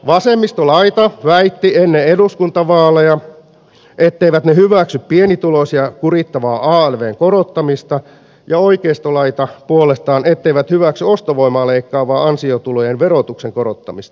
vasemmistolaita väitti ennen eduskuntavaaleja etteivät he hyväksy pienituloisia kurittavaa alvn korottamista ja oikeistolaita puolestaan etteivät hyväksy ostovoimaa leikkaavaa ansiotulojen verotuksen korottamista